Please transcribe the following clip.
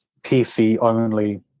PC-only